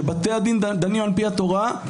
שבתי הדין דנים על פי התורה,